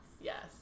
Yes